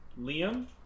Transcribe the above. Liam